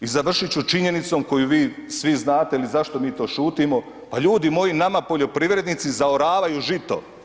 I završit ću činjenicom koju vi svi znate ili zašto mi to šutimo, pa ljudi moji, nama poljoprivrednici zaoravaju žito.